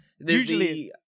Usually